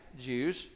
Jews